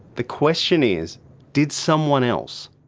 the question is did someone else?